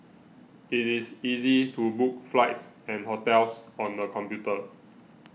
it is easy to book flights and hotels on the computer